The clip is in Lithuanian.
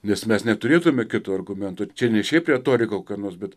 nes mes neturėtume kito argumento čia ne šiaip retorika kokia nors bet